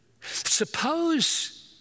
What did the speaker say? Suppose